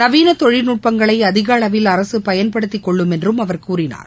நவீனதொழில்நுட்பங்களைஅதிகஅளவில் அரசுபயன்படுத்திக்கொள்ளும் என்றும் அவர் கூறினார்